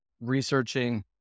researching